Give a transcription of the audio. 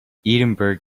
edinburgh